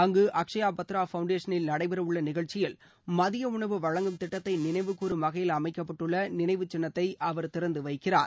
அங்கு அக்சயா பத்திரா பவுண்டேஷனில் நடைபெற உள்ள நிகழ்ச்சியில் மதிய உணவு வழங்கும் திட்டத்தை நினைவுகூறும் வகையில் அமைக்கப்பட்டுள்ள நினைவு சின்னத்தை அவர் திறந்து வைக்கிறார்